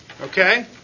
Okay